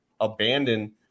abandon